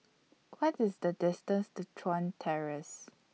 What IS The distance to Chuan Terrace